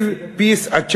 Give peace a chance.